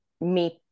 meet